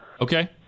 Okay